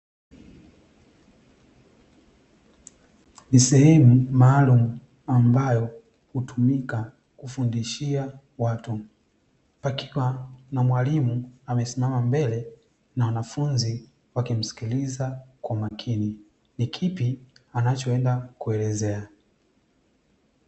Ni sehemu maalumu ambayo hutumika kufundishia watu, pakiwa na mwalimu amesimama mbele na wanafunzi wakimsikiliza kwa makini ni kipi anachoenda kuelezea.